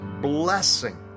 blessing